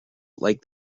like